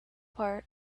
part